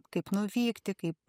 kaip nuvykti kaip